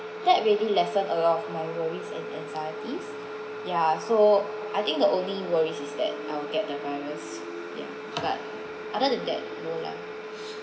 that really lessen a lot of my worries and anxieties ya so I think the only worry is that I'll get the virus yeah but other than that no lah